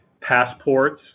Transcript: passports